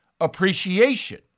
appreciation